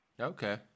Okay